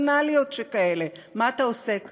בנאליות שכאלה: מה אתה עושה כאן?